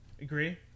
Agree